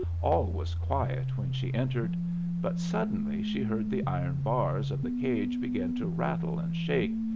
all was quiet when she entered but suddenly she heard the iron bars of the cage begin to rattle and shake,